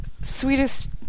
sweetest